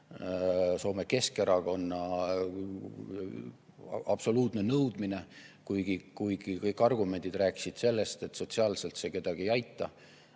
Soome Keskerakonna absoluutne nõudmine, kuigi kõik argumendid rääkisid sellest, et sotsiaalselt see produktiivne